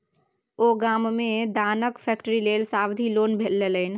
ओ गाममे मे दानाक फैक्ट्री लेल सावधि लोन लेलनि